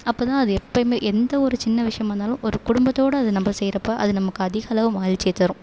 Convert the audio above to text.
அப்போ தான் அது எப்போயுமே எந்த ஒரு சின்ன விஷயமாக இருந்தாலும் ஒரு குடும்பத்தோடய அது நம்ம செய்கிறப்ப அது நமக்கு அதிகளவு மகிழ்ச்சியை தரும்